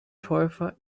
täufer